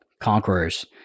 Conquerors